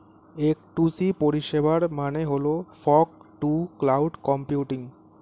F two C পরিষেবার মানে হল ফগ টু ক্লাউড কম্পিউটিং